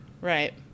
right